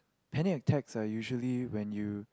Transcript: panic attacks are usually when you